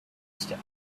step